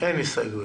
יש הסתייגויות?